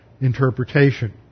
interpretation